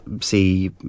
see